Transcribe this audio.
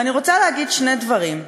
ואני רוצה להגיד שני דברים,